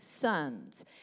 sons